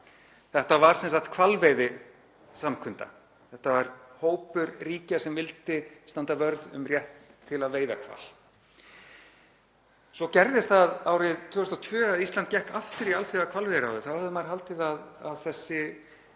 Þetta var sem sagt hvalveiðisamkunda. Þetta var hópur ríkja sem vildi standa vörð um rétt til að veiða hval. Svo gerðist það árið 2002 að Ísland gekk aftur í Alþjóðahvalveiðiráðið. Þá hefði maður haldið að þessi